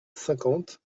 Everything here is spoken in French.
cinquante